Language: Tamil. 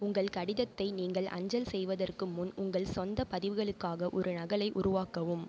உங்கள் கடிதத்தை நீங்கள் அஞ்சல் செய்வதற்கு முன் உங்கள் சொந்த பதிவுகளுக்காக ஒரு நகலை உருவாக்கவும்